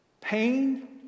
pain